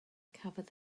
cafodd